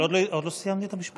אבל עוד לא סיימתי את המשפט.